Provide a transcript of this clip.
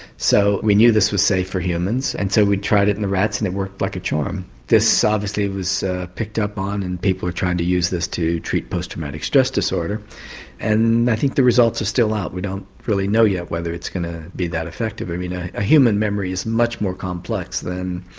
so we knew this was safe for humans and so we tried it in the rats and it worked like a charm. this obviously was picked up on and people were trying to use this to treat post-traumatic stress disorder and i think the results are still out, we don't really know yet whether it's going to be that effective. ah a human memory is much more complex than,